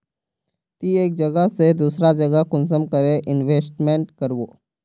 ती एक जगह से दूसरा जगह कुंसम करे इन्वेस्टमेंट करबो?